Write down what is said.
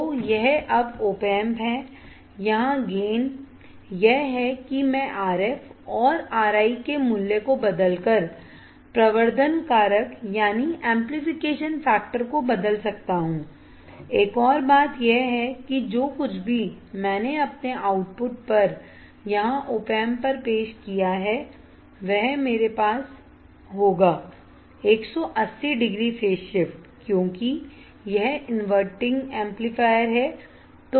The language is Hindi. तो यह अब opamp है यहां गेन यह है कि मैं RF और RI के मूल्य को बदलकर प्रवर्धन कारक को बदल सकता हूं एक और बात यह है कि जो कुछ भी मैंने अपने आउटपुट पर यहां op amp पर पेश किया है वह मेरे पास होगा 180 डिग्री फेज शिफ्ट क्योंकि यह इनवर्टर एम्पलीफायर है